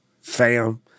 fam